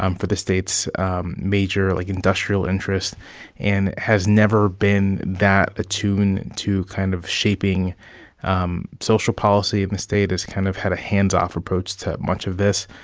um for the state's major, like, industrial interests and has never been that attuned to kind of shaping um social policy. and the state has kind of had a hands-off approach to much of this.